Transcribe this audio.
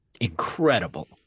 incredible